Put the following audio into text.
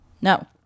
No